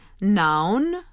Noun